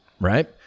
right